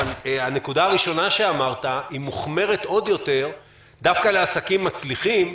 אבל הנקודה הראשונה שאמרת מוחמרת עוד יותר דווקא לעסקים מצליחים,